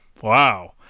wow